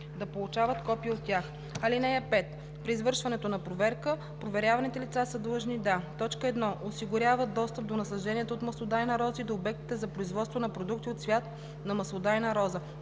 да получават копия от тях. (5) При извършването на проверка проверяваните лица са длъжни да: 1. осигуряват достъп до насажденията от маслодайна роза и до обектите за производство на продукти от цвят на маслодайна роза;